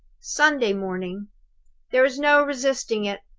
sunday morning there is no resisting it!